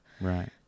Right